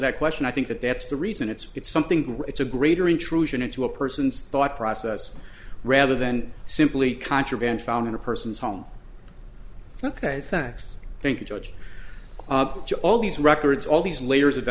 that question i think that that's the reason it's it's something it's a greater intrusion into a person's thought process rather than simply contraband found in a person's home ok next thank you george all these records all these layers of